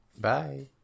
bye